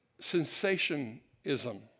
sensationism